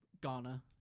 Ghana